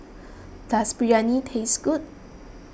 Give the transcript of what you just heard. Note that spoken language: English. does Biryani taste good